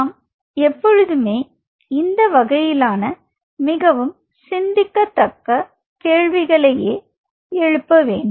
நாம் எப்பொழுதும் இந்த வகையிலான மிகவும் சிந்திக்க தக்க கேள்விகளை எழுப்ப வேண்டும்